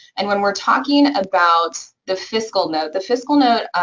and when we're talking about the fiscal note, the fiscal note